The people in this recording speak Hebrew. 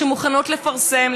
שמוכנות לפרסם,